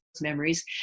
memories